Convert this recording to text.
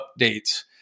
updates